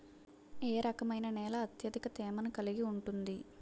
ఏ రకమైన నేల అత్యధిక తేమను కలిగి ఉంటుంది?